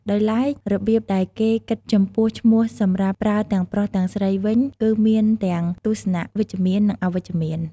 ដោយឡែករបៀបដែលគេគិតចំពោះឈ្មោះសម្រាប់ប្រើទាំងប្រុសទាំងស្រីវិញ គឺមានទាំងទស្សនៈវិជ្ជមាន និង អវិជ្ជមាន។